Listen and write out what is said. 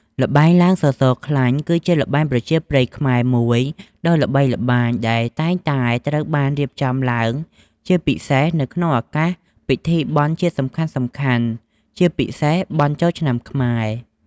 ល្បែងឡើងសសរខ្លាញ់ គឺជាល្បែងប្រជាប្រិយខ្មែរមួយដ៏ល្បីល្បាញ ដែលតែងតែត្រូវបានរៀបចំឡើងជាពិសេសក្នុងឱកាសពិធីបុណ្យជាតិសំខាន់ៗជាពិសេសបុណ្យចូលឆ្នាំខ្មែរ។